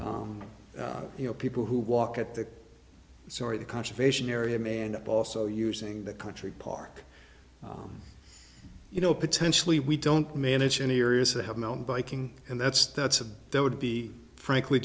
you know people who walk at that sorry the conservation area may end up also using that country park you know potentially we don't manage any areas that have mountain biking and that's that's a that would be frankly